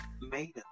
made